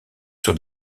sur